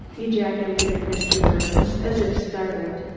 ejaculated mr. birnes, as if startled.